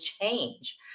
change